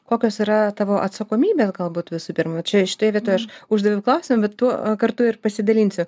kokios yra tavo atsakomybės galbūt visų pirma čia šitoj vietoj aš uždaviau klausimą bet tuo kartu ir pasidalinsiu